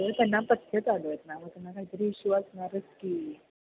मग त्यांना पथ्य चालू आहेत ना मग त्यांना काहीतरी इश्यू असणारच की